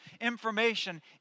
information